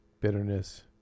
bitterness